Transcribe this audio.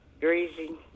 greasy